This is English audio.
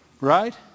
Right